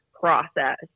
process